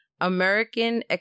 American